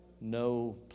No